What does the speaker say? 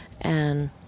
and-